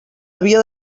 havia